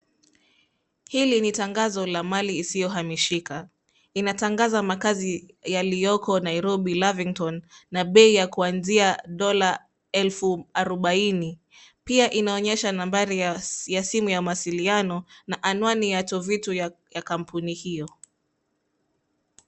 Hili ni tangazo la mali isiyohamishika. Inatangaza makazi yaliyoko Nairobi Lavington na bei ya kuanzia dola elfu arubaini. Pia inaonyesha nambari ya simu ya mawasiliano na anwani ya tovito ya kampuni hiyo.